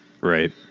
Right